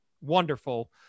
wonderful